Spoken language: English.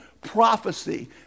prophecy